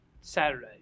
Saturday